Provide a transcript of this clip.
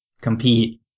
compete